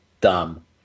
dumb